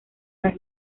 las